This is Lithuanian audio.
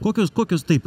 kokios kokios taip